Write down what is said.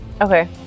Okay